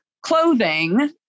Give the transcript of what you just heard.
clothing